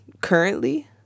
currently